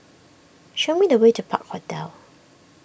show me the way to Park Hotel